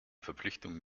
verpflichtung